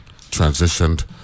transitioned